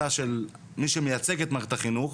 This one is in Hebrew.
אתה כמי שמייצג את מערכת החינוך,